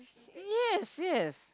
yes yes